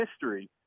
history